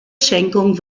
schenkung